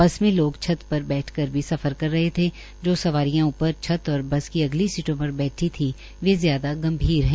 बस में लोग छत पर बैठ कर भी सफर कर रहे थे जो सवारिया ऊपर छत और बस की अगली सीटों पर बैठी थी वे ज्यादा गंभीर है